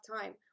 time